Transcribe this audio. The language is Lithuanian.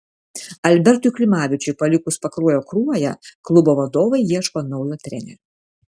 albertui klimavičiui palikus pakruojo kruoją klubo vadovai ieško naujo trenerio